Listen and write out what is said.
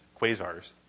quasars